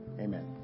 Amen